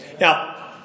Now